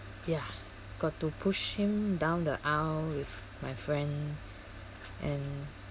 ya got to push him down the aisle with my friend and